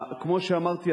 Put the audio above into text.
כמו שאמרתי,